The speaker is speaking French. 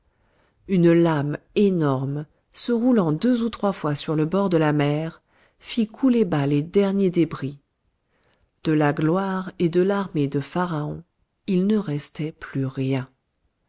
une lame énorme se roulant deux ou trois fois sur le bord de la mer fit couler bas les derniers débris de la gloire et de l'armée de pharaon il ne restait plus rien